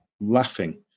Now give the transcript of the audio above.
laughing